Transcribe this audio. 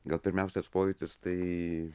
gal pirmiausias pojūtis tai